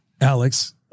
Alex